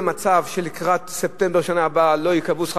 לא יהיה מצב שלקראת ספטמבר בשנה הבאה לא ייקבע שכר